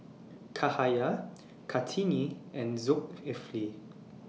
Cahaya Kartini and Zulkifli